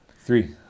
Three